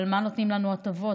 על מה נותנים לנו הטבות?